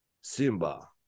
Simba